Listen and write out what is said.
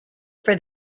for